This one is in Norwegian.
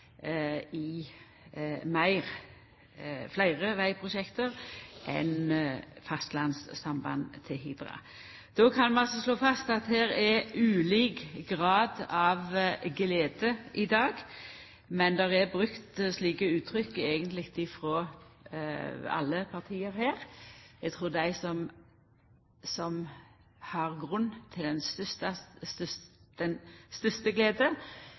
fleire vegprosjekt enn fastlandssamband til Hidra. Då kan vi slå fast at det er ulik grad av glede i dag, men det er brukt eit slikt uttrykk eigentleg frå alle partia her. Eg trur dei som har grunn til den største